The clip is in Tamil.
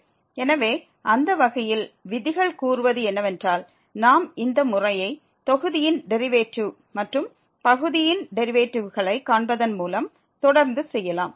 எனவே அந்த வகையில் விதிகள் கூறுவது என்னவென்றால் நாம் இந்த முறையை தொகுதியின் டெரிவேட்டிவ் மற்றும் பகுதியின் டெரிவேட்டிவ்களை காண்பதன் மூலம் தொடர்ந்து செய்யலாம்